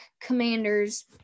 commanders